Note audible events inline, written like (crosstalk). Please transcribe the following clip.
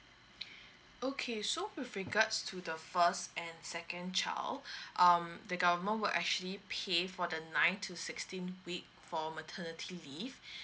okay so with regards to the first and second child (breath) um the government will actually pay for the nine to sixteen week for maternity leave